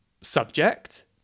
subject